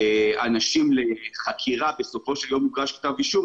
אנשים לחקירה ובסופו של יום הוגש כתב אישום,